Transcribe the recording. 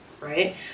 right